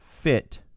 fit